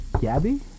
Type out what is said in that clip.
Gabby